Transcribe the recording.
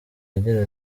agira